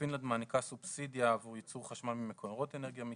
פינלנד מעניקה סובסידיה עבור ייצור חשמל ממקורות אנרגיה מתחדשת.